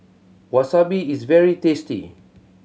wasabi is very tasty